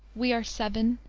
we are seven,